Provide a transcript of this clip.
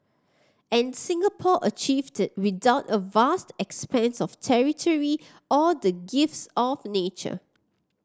and Singapore achieved without a vast expanse of territory or the gifts of nature